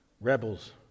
rebels